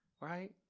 Right